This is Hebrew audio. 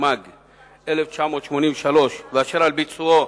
התשמ"ג 1983, ואשר על ביצועו